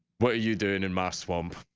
what are you doing in my swamp?